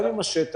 גם עם השטח,